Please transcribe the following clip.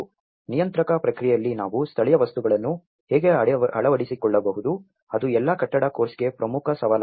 ನಿಯಂತ್ರಕ ಪ್ರಕ್ರಿಯೆಯಲ್ಲಿ ನಾವು ಸ್ಥಳೀಯ ವಸ್ತುಗಳನ್ನು ಹೇಗೆ ಅಳವಡಿಸಿಕೊಳ್ಳಬಹುದು ಅದು ಎಲ್ಲಾ ಕಟ್ಟಡ ಕೋರ್ಸ್ಗೆ ಪ್ರಮುಖ ಸವಾಲಾಗಿದೆ